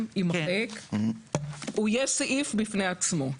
יימחק, הוא יהיה סעיף בפני עצמו.